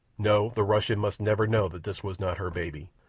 no, the russian must never know that this was not her baby.